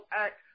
act